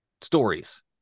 Stories